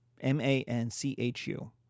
M-A-N-C-H-U